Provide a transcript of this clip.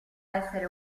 essere